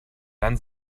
dann